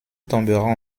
tombera